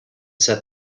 set